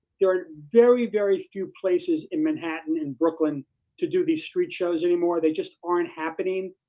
there are very, very few places in manhattan, in brooklyn to do these street shows anymore. they just aren't happening.